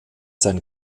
sein